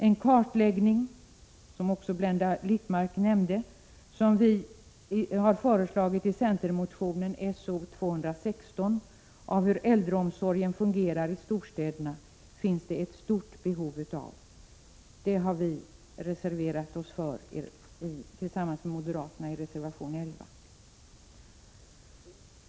Den kartläggning som vi föreslagit i centermotionen So216, som Blenda Littmarck också nämnde, av hur äldreomsorgen fungerar i storstäderna finns det ett stort behov av. Vi har tillsammans med moderaterna reserverat oss för detta motionsyrkande i reservation 11.